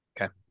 Okay